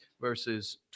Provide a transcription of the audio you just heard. verses